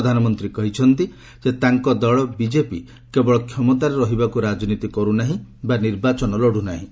ପ୍ରଧାନମନ୍ତ୍ରୀ କହିଛନ୍ତି ଯେ ତାଙ୍କ ଦଳ ବିଜେପି କେବଳ କ୍ଷମତାରେ ରହିବାକୁ ରାଜନୀତି କରୁନାହିଁ ବା ନିର୍ବାଚନ ଲଢୁନାହିଁ